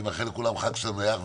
אני מאחל לכולם חג שמח,